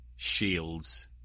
Shields